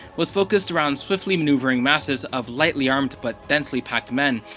was focused around swiftly maneuvering masses of lightly armed but densely packed men.